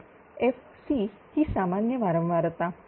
तर fc ही सामान्य वारंवारता